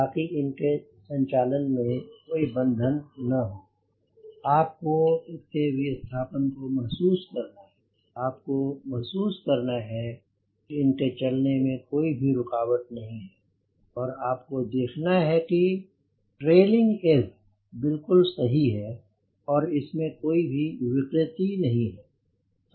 ताकि इनके संचालन में कोई बंधन न हो आपको इसके विस्थापन को महसूस करना है आपको महसूस करना है कि इनके चलने में कोई भी रूकावट नहीं है और आपको देखना है की ट्रेलिंग एज बिलकुल सही है और इसमें कोई भी विकृति नहीं है